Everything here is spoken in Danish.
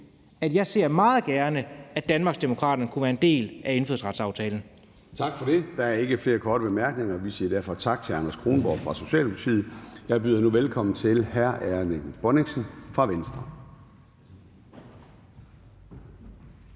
at jeg meget gerne ser, Danmarksdemokraterne var en del af indfødsretsaftalen. Kl. 10:29 Formanden (Søren Gade): Tak for det. Der er ikke flere korte bemærkninger. Vi siger derfor tak til hr. Anders Kronborg fra Socialdemokratiet. Jeg byder nu velkommen til hr. Erling Bonnesen fra Venstre.